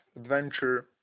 adventure